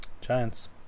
Giants